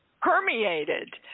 permeated